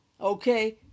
okay